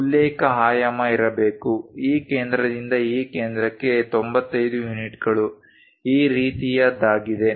ಉಲ್ಲೇಖ ಆಯಾಮ ಇರಬೇಕು ಈ ಕೇಂದ್ರದಿಂದ ಈ ಕೇಂದ್ರಕ್ಕೆ 95 ಯುನಿಟ್ಗಳು ಈ ರೀತಿಯದ್ದಾಗಿದೆ